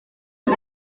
ydy